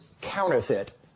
counterfeit